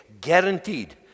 guaranteed